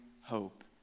hope